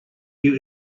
you